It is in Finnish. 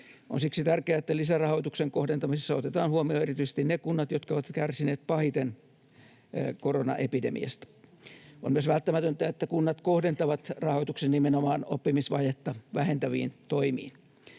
On siksi tärkeää, että lisärahoituksen kohdentamisessa otetaan huomioon erityisesti ne kunnat, jotka ovat kärsineet pahiten koronaepidemiasta. On myös välttämätöntä, että kunnat kohdentavat rahoituksen nimenomaan oppimisvajetta vähentäviin toimiin.